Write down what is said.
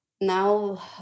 Now